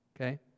okay